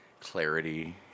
clarity